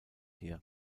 hier